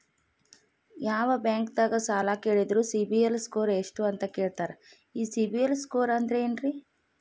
ಯಾವ ಬ್ಯಾಂಕ್ ದಾಗ ಸಾಲ ಕೇಳಿದರು ಸಿಬಿಲ್ ಸ್ಕೋರ್ ಎಷ್ಟು ಅಂತ ಕೇಳತಾರ, ಈ ಸಿಬಿಲ್ ಸ್ಕೋರ್ ಅಂದ್ರೆ ಏನ್ರಿ?